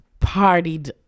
partied